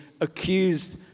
accused